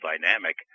dynamic